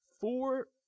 four